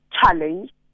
challenge